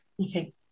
Okay